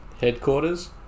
Headquarters